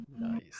Nice